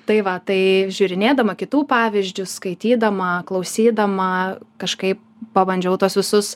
tai va tai žiūrinėdama kitų pavyzdžius skaitydama klausydama kažkaip pabandžiau tuos visus